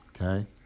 okay